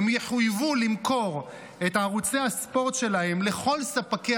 הן תחויבנה למכור את ערוצי הספורט שלהן לכל ספקי